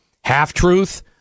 Half-truth